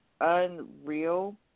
unreal